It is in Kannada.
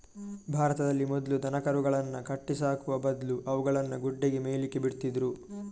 ಭಾರತದಲ್ಲಿ ಮೊದ್ಲು ದನಕರುಗಳನ್ನ ಕಟ್ಟಿ ಸಾಕುವ ಬದ್ಲು ಅವುಗಳನ್ನ ಗುಡ್ಡೆಗೆ ಮೇಯ್ಲಿಕ್ಕೆ ಬಿಡ್ತಿದ್ರು